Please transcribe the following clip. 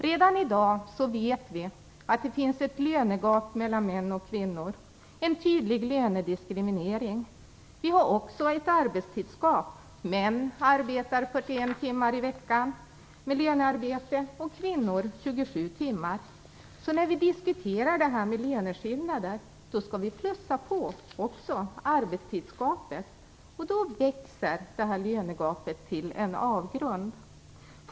Redan i dag vet vi att det finns ett lönegap mellan män och kvinnor, en tydlig lönediskriminering. Vi har också ett arbetstidsgap. Män arbetar 41 timmar i veckan med lönearbete, och kvinnor arbetar 27 timmar. När vi diskuterar det här med löneskillnader skall vi alltså plussa på också arbetstidsgapet, och då växer lönegapet till en avgrund.